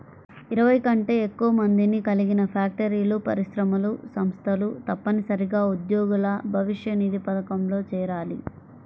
ఇరవై కంటే ఎక్కువ మందిని కలిగిన ఫ్యాక్టరీలు, పరిశ్రమలు, సంస్థలు తప్పనిసరిగా ఉద్యోగుల భవిష్యనిధి పథకంలో చేరాలి